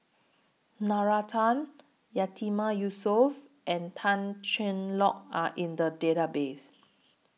Nalla Tan Yatiman Yusof and Tan Cheng Lock Are in The Database